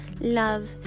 love